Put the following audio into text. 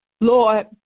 Lord